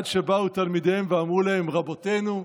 עד שבאו תלמידים ואמרו להם: רבותינו"